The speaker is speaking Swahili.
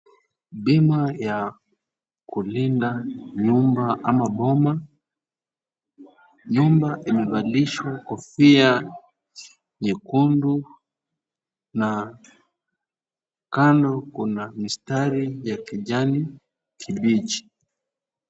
Bima ya kulinda nyumba ama boma. Nyumba imevalishwa kofia nyekundu na kando kuna mistari ya kijani kibichi.